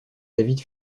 david